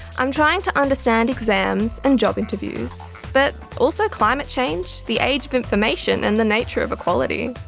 i'm trying to understand exams and job interviews but also climate change, the age of information and the nature of equality.